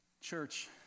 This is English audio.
church